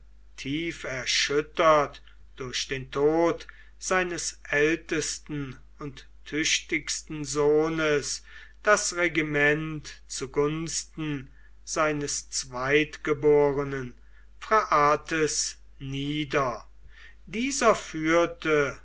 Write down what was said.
tief erschüttert durch den tod seines ältesten und tüchtigsten sohnes das regiment zu gunsten seines zweitgeborenen phraates nieder dieser führte